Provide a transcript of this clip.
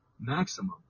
maximum